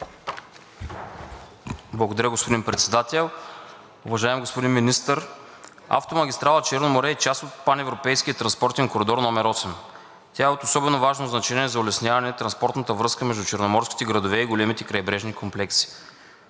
Благодаря, господин Председател. Уважаеми господин Министър, автомагистрала „Черно море“ е част от паневропейския транспортен коридор № 8, тя е от особено важно значение за улесняване транспортната връзка между черноморските градове и големите крайбрежни комплекси.